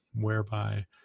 whereby